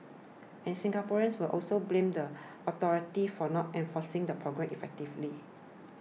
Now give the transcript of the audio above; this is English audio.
and Singaporeans will also blame the authorities for not enforcing the programme effectively